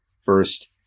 first